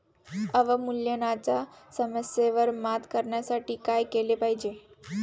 अवमूल्यनाच्या समस्येवर मात करण्यासाठी काय केले पाहिजे?